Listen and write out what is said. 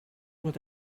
with